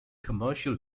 commercial